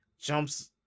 jumps